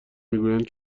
میگویند